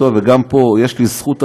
גם פה יש לי זכות עצומה,